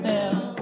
Bell